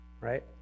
right